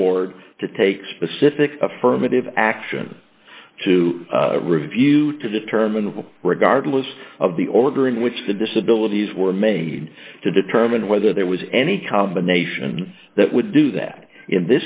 board to take specific affirmative action to review to determine what regardless of the order in which the disabilities were made to determine whether there was any combination that would do that in